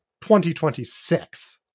2026